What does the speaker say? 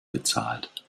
bezahlt